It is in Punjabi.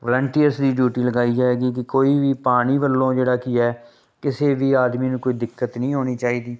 ਵਲੰਟੀਅਰਸ ਦੀ ਡਿਊਟੀ ਲਗਾਈ ਜਾਵੇਗੀ ਕਿ ਕੋਈ ਪਾਣੀ ਵੱਲੋਂ ਜਿਹੜਾ ਕੀ ਹੈ ਕਿਸੇ ਵੀ ਆਦਮੀ ਨੂੰ ਕੋਈ ਦਿੱਕਤ ਨਹੀਂ ਆਉਣੀ ਚਾਹੀਦੀ